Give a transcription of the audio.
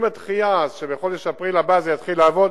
עם הדחייה, שבחודש אפריל הבא זה יתחיל לעבוד.